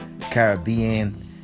Caribbean